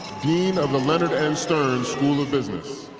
dean of the leonard and stern school of business